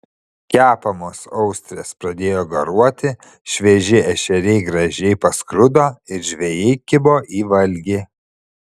kepamos austrės pradėjo garuoti švieži ešeriai gražiai paskrudo ir žvejai kibo į valgį